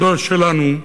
הדור שלנו,